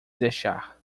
deixar